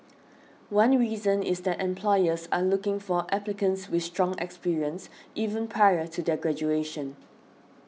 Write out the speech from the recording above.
one reason is that employers are looking for applicants with strong experience even prior to their graduation